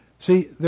See